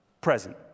present